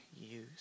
use